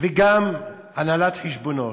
וגם הנהלת חשבונות,